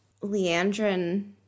Leandrin